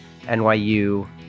NYU